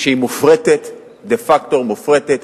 היא מופרטת, דה פקטו מופרטת.